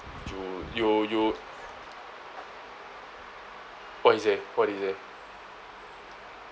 you you you what he say what he say